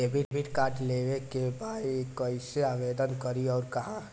Debit card लेवे के बा कइसे आवेदन करी अउर कहाँ?